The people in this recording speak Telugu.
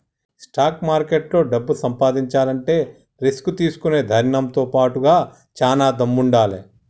స్టాక్ మార్కెట్లో డబ్బు సంపాదించాలంటే రిస్క్ తీసుకునే ధైర్నంతో బాటుగా చానా దమ్ముండాలే